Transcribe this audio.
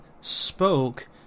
spoke